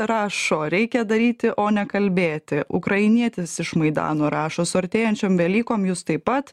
rašo reikia daryti o ne kalbėti ukrainietis iš maidano rašo su artėjančiom velykom jus taip pat